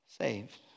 saved